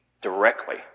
directly